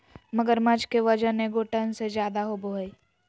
मगरमच्छ के वजन एगो टन से ज्यादा होबो हइ